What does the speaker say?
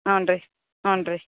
ಹ್ಞೂ ರೀ ಹ್ಞೂ ರೀ